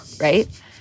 right